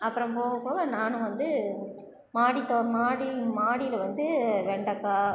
அப்புறம் போக போக நானும் வந்து மாடிதோ மாடி மாடியில் வந்து வெண்டக்காய்